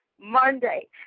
Monday